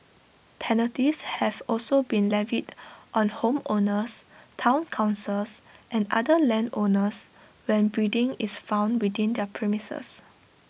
penalties have also been levied on homeowners Town councils and other landowners when breeding is found within their premises